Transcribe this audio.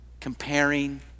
comparing